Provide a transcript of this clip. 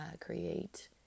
create